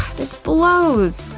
this blows!